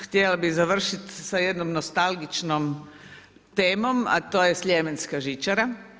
Htjela bih završit sa jednom nostalgičnom temom, a to je Sljemenska žičara.